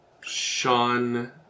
Sean